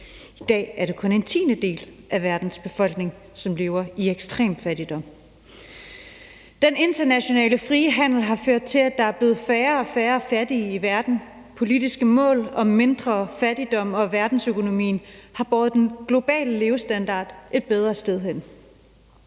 I dag er det kun en tiendedel af verdens befolkning, som lever i ekstrem fattigdom. Den internationale frie handel har ført til, at der er blevet færre og færre fattige i verden. Politiske mål om mindre fattigdom og verdensøkonomien har båret den globale levestandard et bedre sted hen.